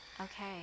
Okay